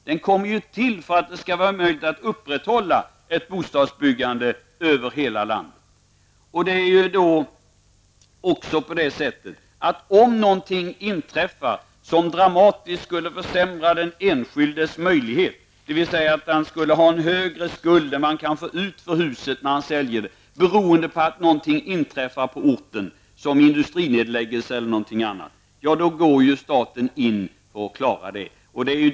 Den kommer till för att det skall vara möjligt att upprätthålla ett bostadsbyggande över hela landet. Om den enskilde skulle ha en högre skuld än det pris han kan få ut för huset när han säljer det, beroende på att något dramatiskt har inträffat på orten såsom industrinedläggelse eller något annat, går staten in för att klara det.